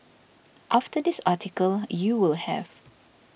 after this article you will have